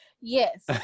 Yes